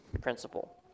principle